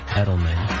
edelman